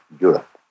Europe